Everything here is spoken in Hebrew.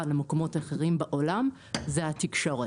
למקומות אחרים בעולם הוא תחום התקשורת.